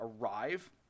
arrive